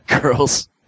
Girls